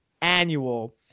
annual